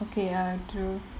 okay ya true